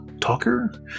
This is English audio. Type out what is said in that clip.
talker